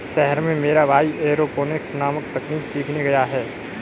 शहर में मेरा भाई एरोपोनिक्स नामक तकनीक सीखने गया है